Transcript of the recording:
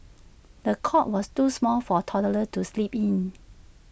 the cot was too small for toddler to sleep in